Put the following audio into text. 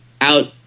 out –